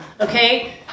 okay